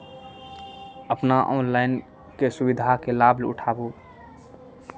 अपना ऑनलाइनके सुविधाके लाभ उठाबू